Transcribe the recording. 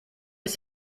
ist